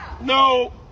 No